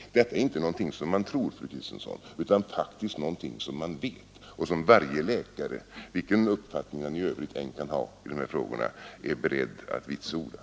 Detta är inte någonting som man tror, fru Sigurdsen, utan faktiskt någonting som man vet och som varje läkare, vilken uppfattning han i övrigt än kan ha i de här frågorna, är beredd att vitsorda.